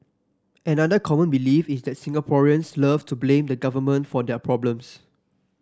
another common belief is that Singaporeans love to blame the Government for their problems